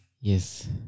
Yes